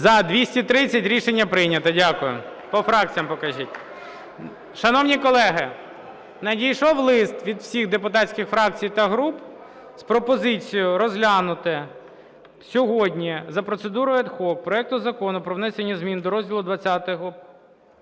За-230 Рішення прийнято. Дякую. По фракціям покажіть. Шановні колеги, надійшов лист від всіх депутатських фракцій та груп з пропозицією розглянути сьогодні за процедурою ad hoc проект Закону про внесення змін до розділу XX